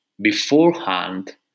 beforehand